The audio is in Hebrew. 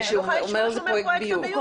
אני לא יכולה לשמוע שהוא אומר פרויקט הביוב.